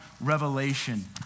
revelation